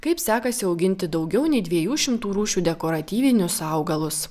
kaip sekasi auginti daugiau nei dviejų šimtų rūšių dekoratyvinius augalus